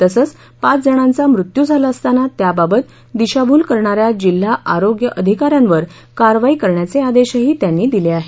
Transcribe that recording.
तसंच पाच जणांचा मृत्यू झाला असताना त्याबाबत दिशाभूल करणा या जिल्हा आरोग्य अधिका यांवर कारवाई करण्याचे आदेशही त्यांनी दिले आहेत